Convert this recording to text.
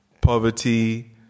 poverty